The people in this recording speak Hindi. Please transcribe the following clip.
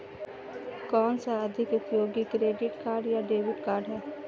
कौनसा अधिक उपयोगी क्रेडिट कार्ड या डेबिट कार्ड है?